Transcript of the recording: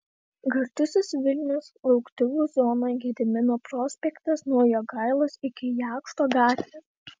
gardusis vilnius lauktuvių zona gedimino prospektas nuo jogailos iki jakšto gatvės